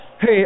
Hey